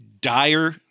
dire